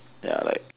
ya like